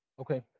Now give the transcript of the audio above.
Okay